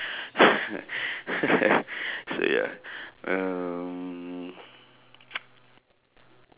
so ya um